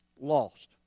lost